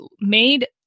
made